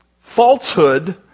falsehood